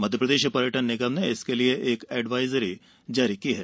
मध्यप्रदेश पर्यटन निगम ने इसके लिए एक एडवाइजरी जारी की है